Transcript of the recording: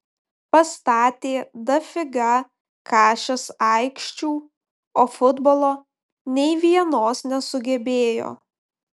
pastatė dafiga kašės aikščių o futbolo nei vienos nesugebėjo